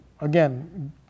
again